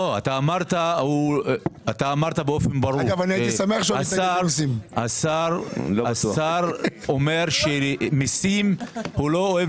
אמרת באופן ברור - השר אומר שלא אוהב